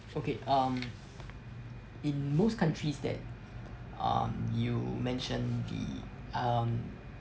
okay um in most countries that um you mention the um